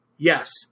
Yes